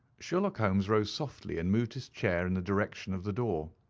sherlock holmes rose softly and moved his chair in the direction of the door.